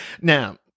Now